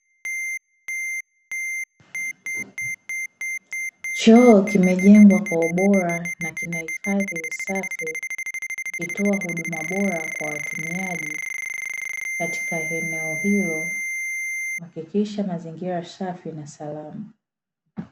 Choo kimejengwa kwa ubora na kinahifadhi usafi kinatoa huduma bora kwa watumiaji katika eneo hilo, ikihakikisha mazingira safi na salama.